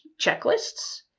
checklists